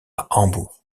hambourg